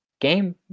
game